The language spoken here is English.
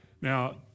Now